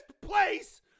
place